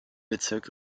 bezirk